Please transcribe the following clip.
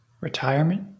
Retirement